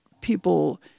people